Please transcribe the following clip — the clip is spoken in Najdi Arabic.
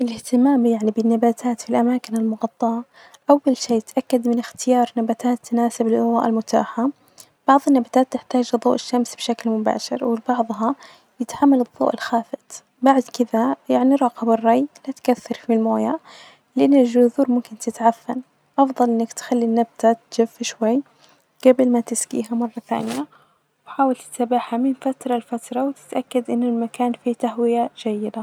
الإهتمام يعني بالنباتات في الأماكن المغطاة أول شئ تأكد من إختيار نباتات تناسب الظروف المتاحة، بعظ النباتات تحتاج لظوء الشمس بشكل مباشر وبعظها يحتاج الظوء الخافت، بعد كدة نراجب الري ،يعني لا تكاثر في الموية لأن الجذور ممكن تعفن، أفظل إنك تخلي النبتة تجف شوي جبل ما تسجيها مرة ثانية وحاول تتابعها من فترة لفترة وتتأكد إن المكان فية تهوية جيدة.